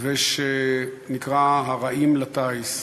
ואשר נקרא "הרעים לטיס"